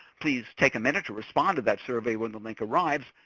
please take a minute to respond to that survey when the link arrives.